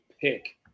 pick